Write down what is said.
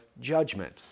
judgment